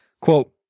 Quote